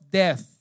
death